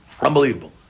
Unbelievable